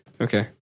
Okay